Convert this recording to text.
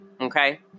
Okay